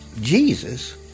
Jesus